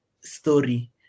story